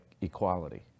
equality